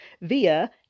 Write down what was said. via